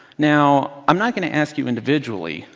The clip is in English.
now i'm not going to ask you individually,